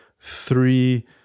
three